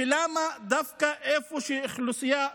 למה מתכננים דווקא איפה שהאוכלוסייה הבדואית?